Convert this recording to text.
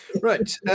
Right